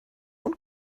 und